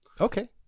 Okay